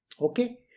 Okay